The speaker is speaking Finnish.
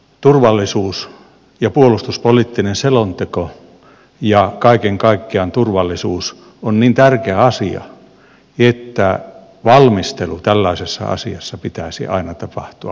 turvallisuus ja puolustuspoliittinen selonteko ja kaiken kaikkiaan turvallisuus on niin tärkeä asia että valmistelun tällaisessa asiassa pitäisi aina tapahtua parlamentaariselta pohjalta